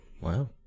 Wow